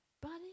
buddy